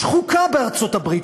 יש חוקה בארצות-הברית,